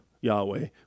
Yahweh